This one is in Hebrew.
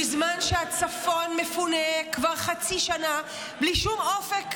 בזמן שהצפון מפונה כבר חצי שנה בלי שום אופק